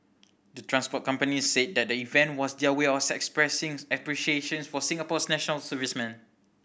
the transport companies said that the event was their way are expressing appreciation for Singapore's national servicemen